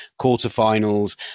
quarterfinals